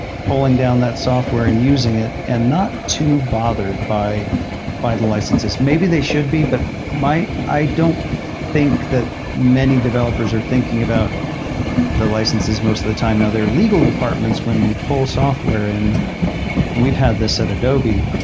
pulling down that software and using it and not too bothered by by the licenses. maybe they should be, but i don't think that many developers are thinking about the licenses most of the time. now, there are legal departments when we pull software, and we've had this at adobe.